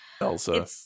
Elsa